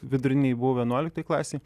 vidurinėj buvau vienuoliktoj klasėj